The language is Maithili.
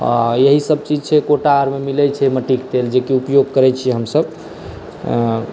आओर एहिसभ चीज छै कोटा आरमे मिलैय छै मट्टीक तेल जेकी उपयोग करै छियै हमसभ